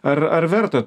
ar ar verta